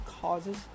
causes